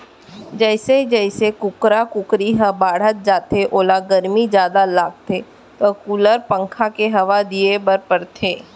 जइसे जइसे कुकरा कुकरी ह बाढ़त जाथे ओला गरमी जादा लागथे त कूलर, पंखा के हवा दिये बर परथे